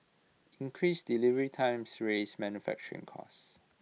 increased delivery times raise manufacturing costs